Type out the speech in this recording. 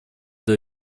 для